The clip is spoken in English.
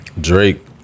Drake